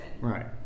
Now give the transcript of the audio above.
Right